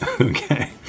Okay